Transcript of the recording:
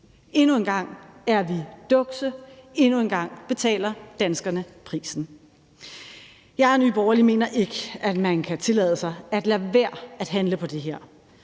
Endnu en gang er vi dukse, endnu en gang betaler danskerne prisen. Jeg og Nye Borgerlige mener ikke, at man kan tillade sig at lade være med at handle på det her.